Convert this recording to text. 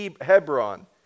Hebron